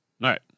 right